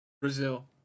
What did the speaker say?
Brazil